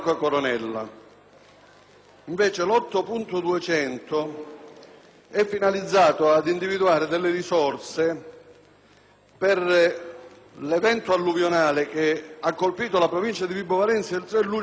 8.200 è finalizzato ad individuare risorse per l'evento alluvionale che ha colpito la provincia di Vibo Valentia il 3 luglio 2006,